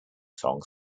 song